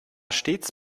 stets